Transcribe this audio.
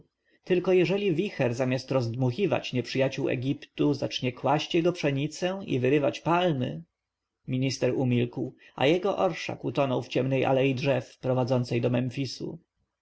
tylko jeżeli wicher zamiast zdmuchiwać nieprzyjaciół egiptu zacznie kłaść jego pszenicę i wyrywać palmy minister umilkł a jego orszak utonął w ciemnej alei drzew prowadzącej do memfisu w